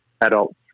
adults